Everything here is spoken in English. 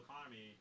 economy